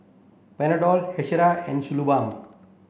Panadol Hiruscar and Suu balm